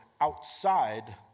outside